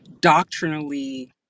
doctrinally